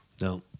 No